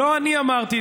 לא אני אמרתי,